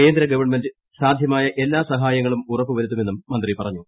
കേന്ദ്രഗവൺമെന്റ് സാധ്യമായ എല്ലാ സഹായങ്ങളും ഉറപ്പ് വരുത്തുമെന്നും മന്ത്രി പറഞ്ഞു